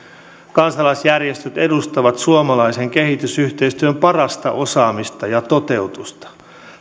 kansalaisjärjestöt edustavat suomalaisen kehitysyhteistyön parasta osaamista ja toteutusta